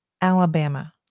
Alabama